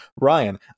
Ryan